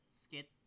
skit